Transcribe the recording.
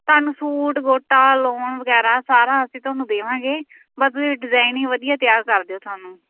ਤੁਹਾਨੂੰ ਸੂਟ ਗੋਟਾ ਲੋਨ ਵਗੈਰਾ ਸਾਰਾ ਅਸੀਂ ਤੁਹਾਨੂੰ ਦੇਵਾਂਗੇ ਬਸ ਤੁਸੀਂ ਡਿਜ਼ਾਇਨ ਹੀ ਵਧੀਆ ਤਿਆਰ ਕਰ ਦਿਓ ਸਾਨੂੰ